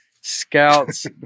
scouts